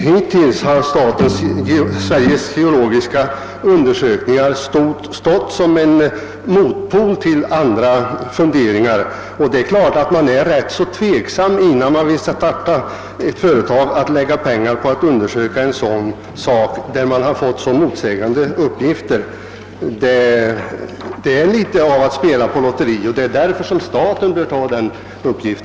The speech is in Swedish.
Herr talman! Det är Sveriges geologiska undersökning som hittills svarat för undersökningar av detta slag. Det är självfallet ganska riskabelt att lägga ned pengar på en undersökning för att starta ett projekt i detta sammanhang, eftersom det förekommit så motsägande uppgifter. Det vore något lotteriartat. Därför bör staten åta sig denna uppgift.